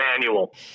manual